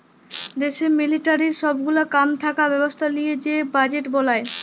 দ্যাশের মিলিটারির সব গুলা কাম থাকা ব্যবস্থা লিয়ে যে বাজেট বলায়